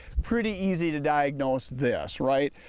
pretty easy to diagnose this right.